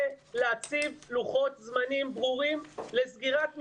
להציב לוחות זמנים ברורים לסגירת מתווה.